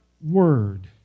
word